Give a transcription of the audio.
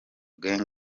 gangz